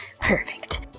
perfect